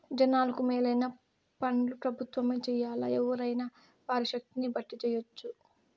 జనాలకు మేలైన పన్లు పెబుత్వమే జెయ్యాల్లా, ఎవ్వురైనా వారి శక్తిని బట్టి జెయ్యెచ్చు